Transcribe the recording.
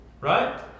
Right